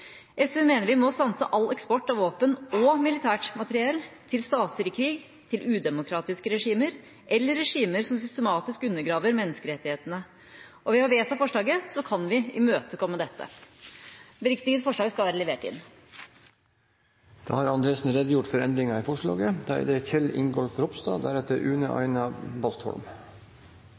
SV mener vi må stanse all eksport av våpen og militært materiell til stater i krig, til udemokratiske regimer eller regimer som systematisk undergraver menneskerettighetene. Ved å vedta forslaget kan vi imøtekomme dette. Beriktiget forslag skal være levert inn. Da har representanten Kvifte Andresen redegjort for endringene i forslaget. Jeg tror det